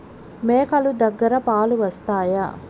మేక లు దగ్గర పాలు వస్తాయా?